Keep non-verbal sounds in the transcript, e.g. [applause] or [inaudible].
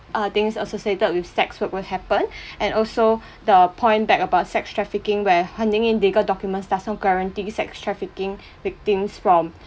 err things associated with sex work would happen [breath] and also the point back about sex trafficking where handing in legal document does not guarantee sex trafficking [breath] victims from